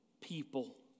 people